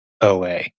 OA